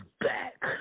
back